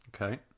Okay